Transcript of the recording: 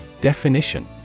Definition